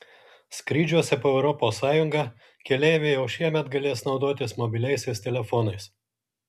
skrydžiuose po europos sąjungą keleiviai jau šiemet galės naudotis mobiliaisiais telefonais